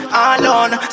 alone